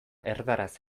erdaraz